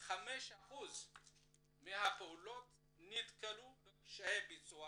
5% מהפעולות נתקלו בקשיי ביצוע